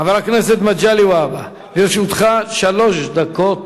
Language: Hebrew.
חבר הכנסת מגלי והבה, לרשותך שלוש דקות.